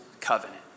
covenant